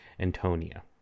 Antonia